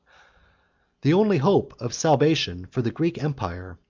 the only hope of salvation for the greek empire,